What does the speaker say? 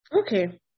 Okay